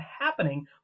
happening